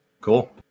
Cool